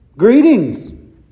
Greetings